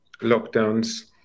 lockdowns